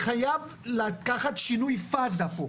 חייב לעשות שינוי פאזה פה.